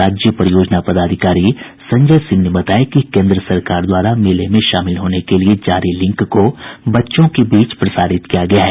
राज्य परियोजना पदाधिकारी संजय सिंह ने बताया कि केन्द्र सरकार द्वारा मेले में शामिल होने के लिए जारी लिंक को बच्चों के बीच प्रसारित किया गया है